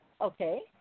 Okay